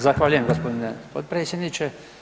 Zahvaljujem g. potpredsjedniče.